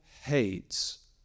hates